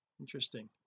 interesting